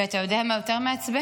ואתה יודע מה יותר מעצבן?